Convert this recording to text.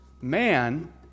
Man